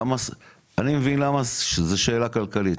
אני מבין למה שזה שאלה כלכלית,